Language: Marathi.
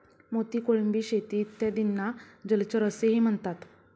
मोती, कोळंबी शेती इत्यादींना जलचर असेही म्हणतात